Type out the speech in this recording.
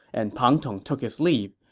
and pang tong took his leave.